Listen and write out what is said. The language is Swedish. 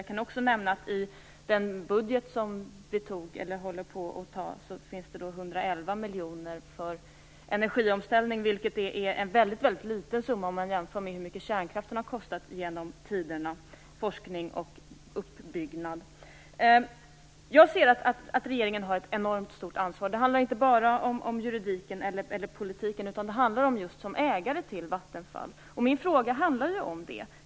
Jag kan också nämna att i den budget som vi håller på att anta finns det 111 miljoner för energiomställning, vilket är en väldigt liten summa om man jämför med hur mycket kärnkraften har kostat genom tiderna i forskning och uppbyggnad. Jag anser att regeringen har ett enormt stort ansvar. Det handlar inte bara om juridiken eller politiken, utan det gäller staten som ägare till just Vattenfall. Min fråga handlar om det.